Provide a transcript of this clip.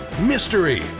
mystery